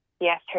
yes